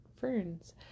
ferns